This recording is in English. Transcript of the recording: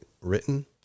written